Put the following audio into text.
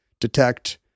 detect